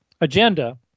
agenda